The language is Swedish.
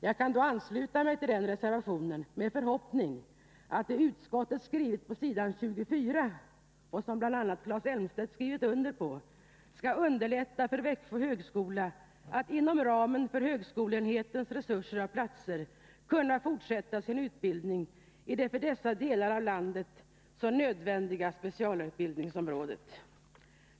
Jag kan ansluta mig till den reservationen med förhoppning om att det utskottet skrivit på s. 24 och som bl.a. Claes Elmstedt skrivit under på skall underlätta för Växjö högskola att inom ramen för högskoleenhetens resurser av platser kunna fortsätta sin utbildning i det för dessa delar av landet så nödvändiga speciallärarutbildningsområdet.